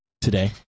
today